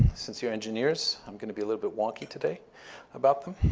since you're engineers, i'm going to be a little bit wonky today about them.